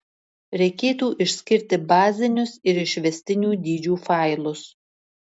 reikėtų išskirti bazinius ir išvestinių dydžių failus